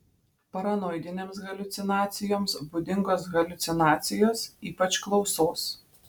paranoidinėms haliucinacijoms būdingos haliucinacijos ypač klausos